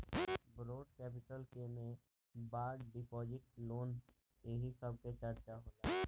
borrowed capital के में bond deposit loan एही सब के चर्चा होला